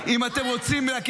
רוצים.